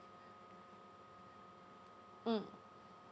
mm